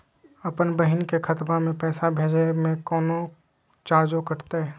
अपन बहिन के खतवा में पैसा भेजे में कौनो चार्जो कटतई?